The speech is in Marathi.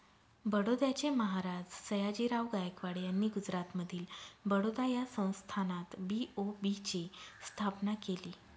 बडोद्याचे महाराज सयाजीराव गायकवाड यांनी गुजरातमधील बडोदा या संस्थानात बी.ओ.बी ची स्थापना केली